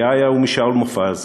מיה-יה ומשאול מופז,